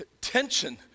Tension